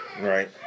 Right